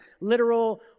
literal